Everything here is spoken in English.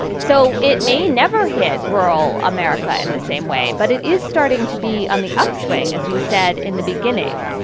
so it may never hit rural america in the same way, but it is starting to be on the upswing, as you said in the beginning.